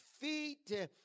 feet